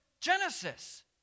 Genesis